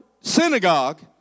synagogue